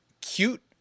Cute